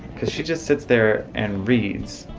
cuz she just sits there and reads,